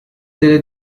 delle